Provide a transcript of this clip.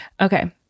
Okay